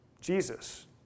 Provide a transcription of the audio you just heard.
Jesus